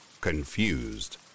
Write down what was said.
Confused